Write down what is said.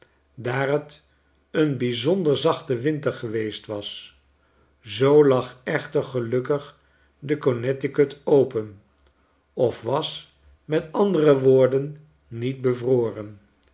daar fc een bijzonder zachte winter geweest was zoo lag echter gelukkig de connecticut open of was met andere woorden niet bevroren